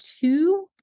two